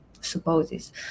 supposes